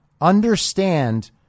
understand